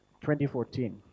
2014